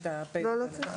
התקבלה פה אחד.